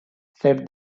said